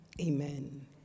Amen